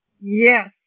Yes